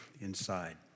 inside